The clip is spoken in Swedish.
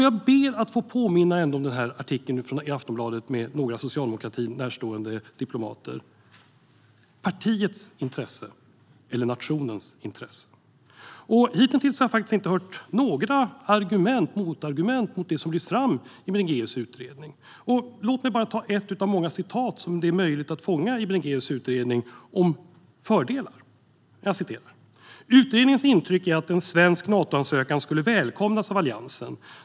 Jag ber att få påminna om artikeln i Aftonbladet med några socialdemokratin närstående diplomater: Partiets intresse eller nationens intresse? Hittills har jag faktiskt inte hört några motargument mot det som lyfts fram i Bringéus utredning. Låt mig bara ta ett av många citat som det är möjligt att fånga i Bringéus utredning om fördelar: "Utredningens intryck är att en svensk Natoansökan skulle välkomnas av alliansen.